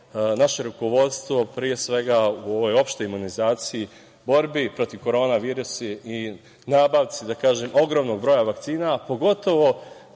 naše rukovodstvo, pre svega u ovoj opštoj imunizaciji, borbi protiv korona virusa i nabavci ogromnog broja vakcina, pogotovo